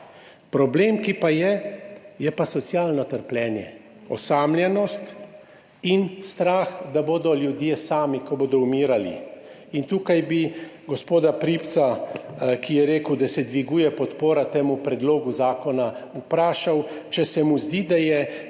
Problem, ki pa je, je socialno trpljenje, osamljenost in strah, da bodo ljudje sami, ko bodo umirali. In tukaj bi gospoda Pribca, ki je rekel, da se dviguje podpora temu predlogu zakona, vprašal, če se mu zdi, da je dvig